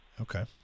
Okay